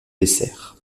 dessert